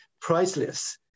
priceless